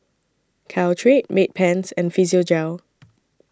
Caltrate Bedpans and Physiogel